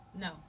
No